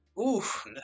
Oof